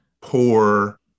poor